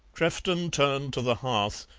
crefton turned to the hearth,